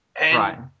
Right